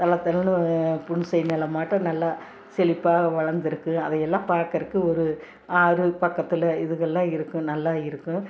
நல்ல புன்செய் நிலம் மாட்டம் நல்லா செலிப்பாக வளர்ந்துருக்கும் அதையெல்லாம் பார்க்கறக்கு ஒரு ஆறு பக்கத்தில் இதுகள்லாம் இருக்கும் நல்லா இருக்கும்